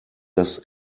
das